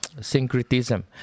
syncretism